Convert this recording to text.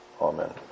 Amen